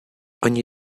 ogni